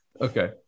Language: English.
Okay